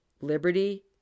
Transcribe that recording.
liberty